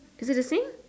is it the same